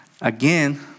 Again